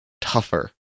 tougher